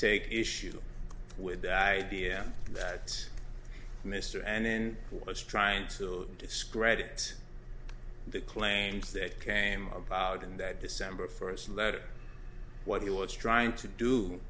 take issue with the idea that mr and then he was trying to discredit the claims that came about in that december first letter what he was trying to do